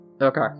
Okay